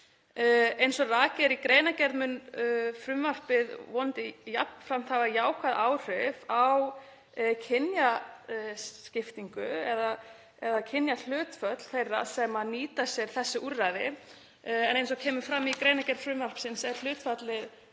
Eins og rakið er í greinargerð mun frumvarpið vonandi jafnframt hafa jákvæð áhrif á kynjaskiptingu eða kynjahlutföll þeirra sem nýta sér þessi úrræði. Eins og kemur fram í greinargerð frumvarpsins er hlutfall